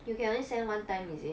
you can only send one time is it